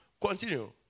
Continue